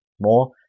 more